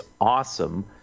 awesome